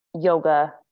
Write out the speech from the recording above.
yoga